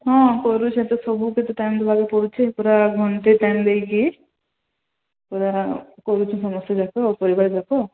ହଁ କରୁଛନ୍ତି ସବୁ ଏ ତ ସବୁ କେତେ ଟାଇମ୍ ଦେବାକୁ ପଡ଼ୁଛି ପୁରା ଘଣ୍ଟେ ଟାଇମ୍ ଦେଇକି ପୁରା କରୁଛୁ ସମସ୍ତେ ପରିବାର ଯାକ